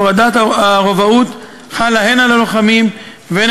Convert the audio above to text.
הורדת הרובאות חלה הן על הלוחמים והן